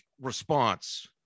response